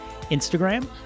Instagram